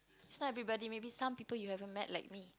it's not everybody maybe some people you haven't met like me